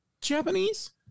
Japanese